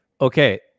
Okay